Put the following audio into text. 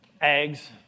Eggs